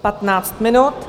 Patnáct minut.